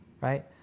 right